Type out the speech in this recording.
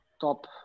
top